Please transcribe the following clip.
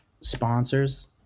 sponsors